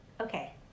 okay